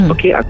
Okay